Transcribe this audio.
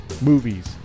movies